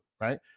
right